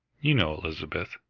you know elizabeth,